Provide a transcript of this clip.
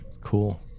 cool